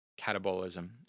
catabolism